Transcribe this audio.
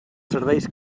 serveis